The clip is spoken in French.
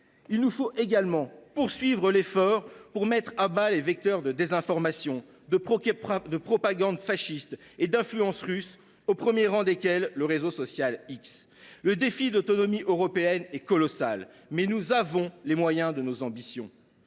il nous faut poursuivre nos efforts pour mettre à bas les vecteurs de désinformation, de propagande fasciste et d’influence russe, au premier rang desquels le réseau social X. Le défi de l’autonomie européenne est colossal, mais nous avons les moyens de nos ambitions.